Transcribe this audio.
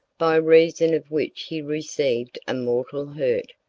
by reason of which he received a mortal hurt,